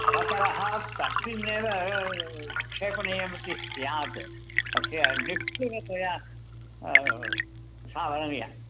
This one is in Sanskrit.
अवकरः तस्मिन्नेव क्षेपणीयम् इति स्यात् तस्य निश्चुनुतया श्रावणीया